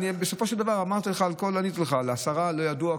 בסופו של דבר, אמרתי לך: לשרה לא ידוע.